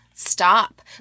stop